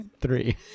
three